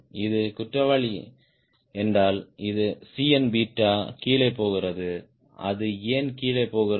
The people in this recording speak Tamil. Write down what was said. இது குற்றவாளி என்றால் Cn கீழே போகிறது அது ஏன் கீழே போகிறது